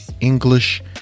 English